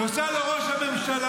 --- נוסע לו ראש הממשלה,